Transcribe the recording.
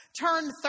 turned